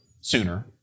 sooner